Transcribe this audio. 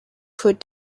put